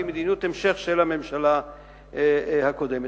היא המשך המדיניות של הממשלה הקודמת.